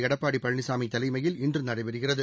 எடப்பாடி பழனிசாமி தலைமையில் இன்று நடைபெறகிறது